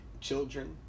children